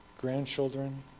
grandchildren